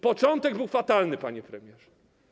Początek był fatalny, panie premierze.